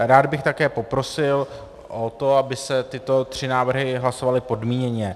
Rád bych také poprosil o to, aby se tyto tři návrhy hlasovaly podmíněně.